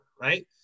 right